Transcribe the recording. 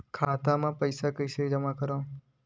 खाता म पईसा जमा कइसे करव?